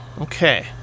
Okay